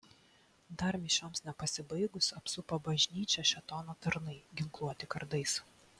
dar mišioms nepasibaigus apsupo bažnyčią šėtono tarnai ginkluoti kardais